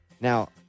Now